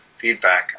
feedback